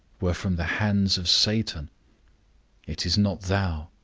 were from the hands of satan it is not thou.